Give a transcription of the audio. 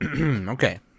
Okay